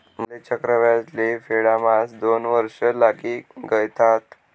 माले चक्रव्याज ले फेडाम्हास दोन वर्ष लागी गयथात